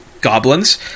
goblins